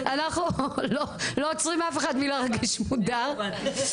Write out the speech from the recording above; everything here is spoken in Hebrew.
אנחנו לא עוצרים אף אחד מלהרגיש מודר.